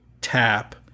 tap